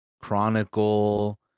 Chronicle